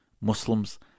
Muslims